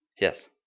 Yes